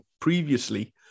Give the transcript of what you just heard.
previously